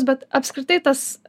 bet apskritai tas